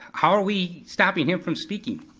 how are we stopping him from speaking?